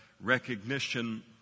recognition